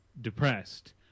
depressed